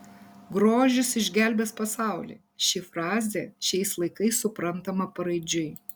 grožis išgelbės pasaulį ši frazė šiais laikais suprantama paraidžiui